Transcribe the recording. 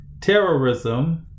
Terrorism